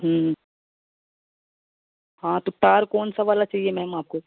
हाँ तो तार कौनसा वाला चाहिए मेम आपको